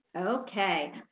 Okay